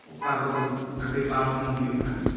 ᱚᱠᱟ ᱫᱚ ᱟᱹᱰᱤ ᱞᱟᱵᱷ ᱦᱚᱸ ᱦᱩᱭᱩᱜ ᱠᱟᱱ ᱜᱮᱭᱟ